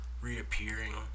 reappearing